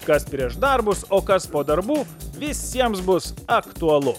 kas prieš darbus o kas po darbų visiems bus aktualu